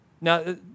Now